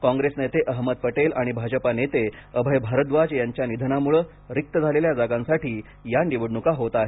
काँप्रेस नेते अहमद पटेल आणि भाजपा नेते अभय भारद्वाज यांच्या निधनामुळे रिक्त झालेल्या जागांसाठी या निवडणुका होत आहेत